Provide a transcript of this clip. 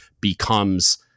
becomes